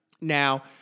Now